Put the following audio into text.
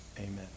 Amen